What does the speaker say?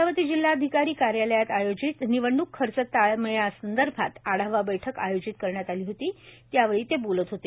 अमरावती जिल्हाधिकारी कार्यालयात आयोजित निवडणूक खर्च ताळमेळासंदर्भात आढावा बैठक आयोजित करण्यात आली होती त्यावेळी ते बोलत होते